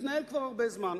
מתנהל כבר הרבה זמן.